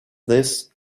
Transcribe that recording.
this